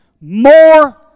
more